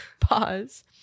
Pause